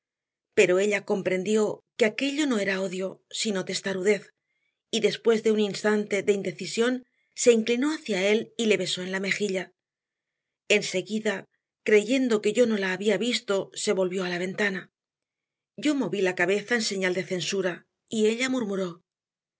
pero ella comprendió que aquello no era odio sino testarudez y después de un instante de indecisión se inclinó hacia él y le besó en la mejilla enseguida creyendo que yo no la había visto se volvió a la ventana yo moví la cabeza en señal de censura y ella murmuró